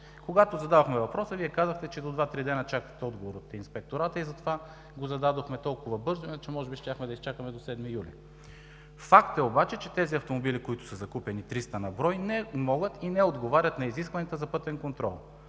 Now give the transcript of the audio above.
Когато задавахме въпроса, Вие казахте, че до два-три дена чакате отговор от Инспектората и затова го зададохме толкова бързо, иначе може би щяхме да чакаме до 7 юли. Факт е обаче, че автомобилите, които са закупени – 300 на брой, не могат и не отговарят на изискванията за пътен контрол.